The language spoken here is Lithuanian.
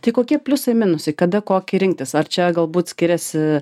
tai kokie pliusai minusai kada kokį rinktis ar čia galbūt skiriasi